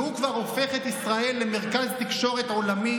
והוא כבר הופך את ישראל למרכז תקשורת עולמי